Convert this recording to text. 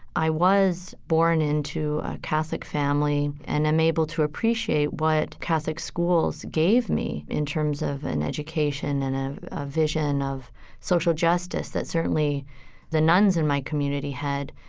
i was born into a catholic family. and i'm able to appreciate what catholic schools gave me in terms of an education and a vision of social justice that certainly the nuns in my community had.